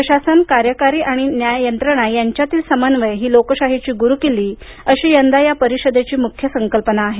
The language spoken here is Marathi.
प्रशासन कार्यकारी आणि न्यायिक यांच्यातील समन्वय ही लोकशाहीची गुरुकिल्ली अशी यंदा या परिषदेची मुख्य संकल्पना आहे